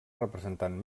representant